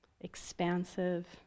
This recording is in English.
expansive